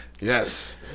Yes